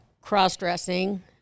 cross-dressing